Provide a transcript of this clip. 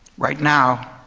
right now